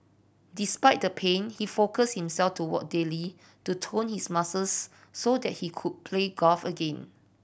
despite the pain he focus himself to walk daily to tone his muscles so that he could play golf again